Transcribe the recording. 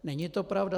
Není to pravda.